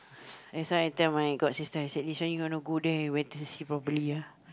that's why I tell my god sister I said this one you want to go there you better see properly ah